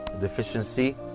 deficiency